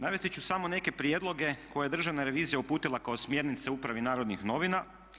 Navesti ću samo neke prijedloge koje je Državna revizija uputila kao smjernice upravi Narodnih novina.